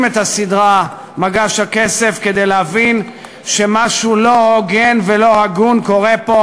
את הסדרה "מגש הכסף" כדי להבין שמשהו לא הוגן ולא הגון קורה פה,